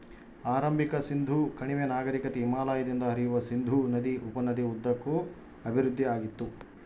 ಆರಂಭಿಕ ಸಿಂಧೂ ಕಣಿವೆ ನಾಗರಿಕತೆ ಹಿಮಾಲಯದಿಂದ ಹರಿಯುವ ಸಿಂಧೂ ನದಿ ಉಪನದಿ ಉದ್ದಕ್ಕೂ ಅಭಿವೃದ್ಧಿಆಗಿತ್ತು